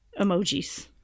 emojis